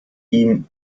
ihm